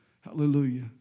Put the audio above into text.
Hallelujah